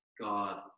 God